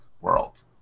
world